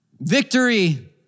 Victory